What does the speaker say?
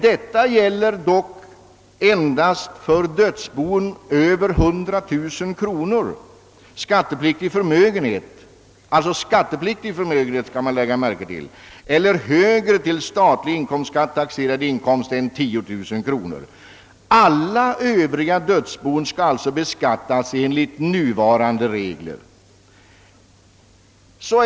Detta gäller dock endast för dödsbon med över 100 000 kronor skattepliktig för mögenhet — lägg märke till att det är fråga om skattepliktig förmögenhet —-- eller högre till statlig inkomstskatt taxerad inkomst än 10 000 kronor. Alla övriga dödsbon skall alltså beskattas enligt nuvarande regler.